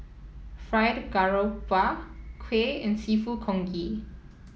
Fried Garoupa Kuih and seafood Congee